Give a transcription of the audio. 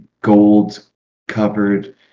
gold-covered